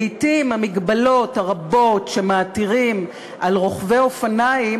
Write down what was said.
לעתים המגבלות הרבות שמעתירים על רוכבי אופניים